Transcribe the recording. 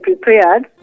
prepared